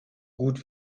gut